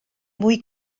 mwy